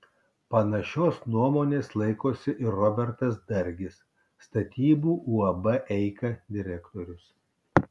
panašios nuomonės laikosi ir robertas dargis statybų uab eika direktorius